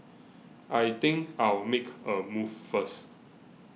I think I'll make a move first